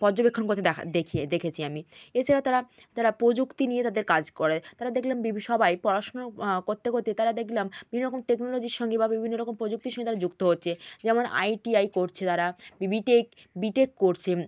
পর্যবেক্ষণ করতে দেখা দেখিয়ে দেখেছি আমি এছাড়াও তারা তারা প্রযুক্তি নিয়ে তাদের কাজ করে তারা দেখলাম সবাই পড়াশোনা করতে করতে তারা দেখলাম বিভিন্ন রকম টেকনোলজির সঙ্গে বা বিভিন্ন রকম প্রযুক্তির সঙ্গে তারা যুক্ত হচ্ছে যেমন আইটিআই করছে তারা বিবিটেইক বিটেক করছে